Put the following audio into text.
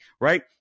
right